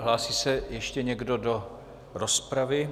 Hlásí se ještě někdo do rozpravy?